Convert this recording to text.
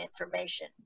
information